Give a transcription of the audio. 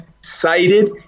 cited